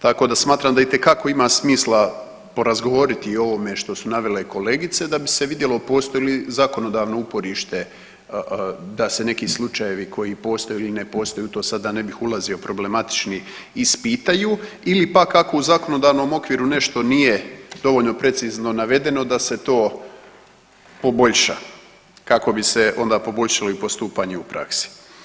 Tako da smatram da itekako ima smisla porazgovoriti o ovome što su navele kolegice da bi se vidjelo postoji li zakonodavno uporište da se neki slučajevi koji postoje ili ne postoje u to sada ne bih ulazio, problematični ispitaju, ili pak kako u zakonodavno okviru nešto nije dovoljno precizno navedeno da se to poboljša kako bi se onda poboljšalo i postupanje u praksi.